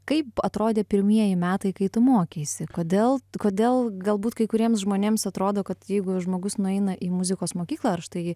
kaip atrodė pirmieji metai kai tu mokeisi kodėl kodėl galbūt kai kuriems žmonėms atrodo kad jeigu žmogus nueina į muzikos mokyklą ar štai į